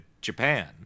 Japan